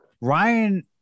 Ryan